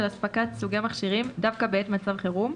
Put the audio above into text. אספקת סוגי מכשירים דווקא בעת מצב חירום,